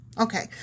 Okay